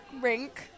rink